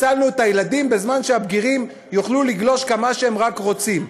הצלנו את הילדים בזמן שהבגירים יוכלו לגלוש כמה שהם רק רוצים.